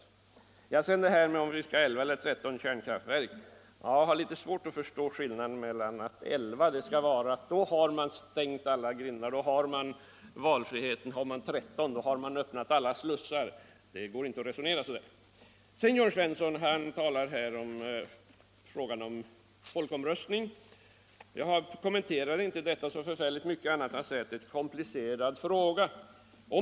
I vad sedan gäller frågan om vi skall ha 11 eller 13 kärnkraftverk har jag litet svårt att förstå skillnaden — om man förordar 11 har man stängt alla grindar och upprätthåller valfriheten, men om man förordar 13, öppnar man alla slussar. Man kan inte resonera på det sättet. Jörn Svensson resonerar en del om folkomröstning i denna fråga. Jag kommenterade egentligen detta bara med att säga, att det är en komplicerad fråga.